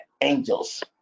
angels